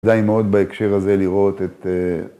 כדאי מאוד בהקשר הזה לראות את...